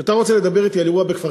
כשאתה רוצה לדבר אתי על אירוע בכפר-קאסם,